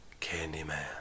Candyman